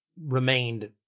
remained